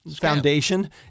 foundation